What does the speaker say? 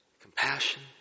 compassion